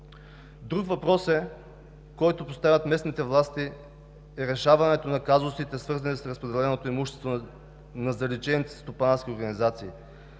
Друг въпрос, който поставят местните власти, е решаването на казусите, свързани с неразпределено имущество на заличени стопански организации.